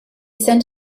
sent